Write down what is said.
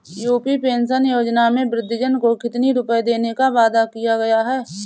UP पेंशन योजना में वृद्धजन को कितनी रूपये देने का वादा किया गया है?